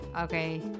Okay